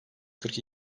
kırk